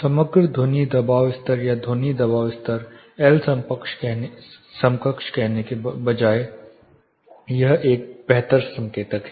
समग्र ध्वनि दबाव स्तर या ध्वनि दबाव स्तर L समकक्ष कहने के बजाय यह एक बेहतर संकेतक है